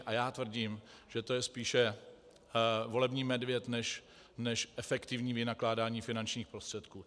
A já tvrdím, že to je spíše volební medvěd než efektivní vynakládání finančních prostředků.